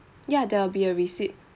ya there will be a receipt